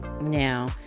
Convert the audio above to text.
Now